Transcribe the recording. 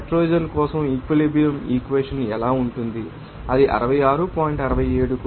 nitrogen కోసం equilibrium equation ఎలా ఉంటుంది అది 66